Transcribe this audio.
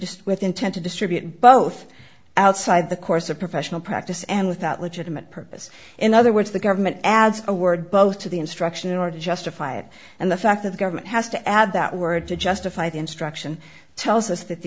just with intent to distribute both outside the course of professional practice and without legitimate purpose in other words the government adds a word both to the instruction or to justify it and the fact that the government has to add that word to justify the instruction tells us that the